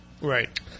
Right